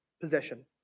possession